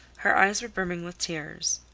her eyes were brimming with tears.